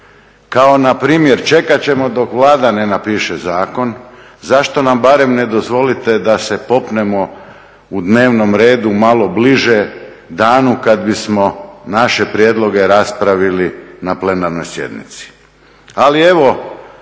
kao npr. čekat ćemo dok Vlada ne napiše zakon, zašto nam barem ne dozvolite da se popnemo u dnevnom redu malo bliže danu kad bismo naše prijedloge raspravili na plenarnoj sjednici. Ali evo